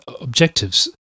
objectives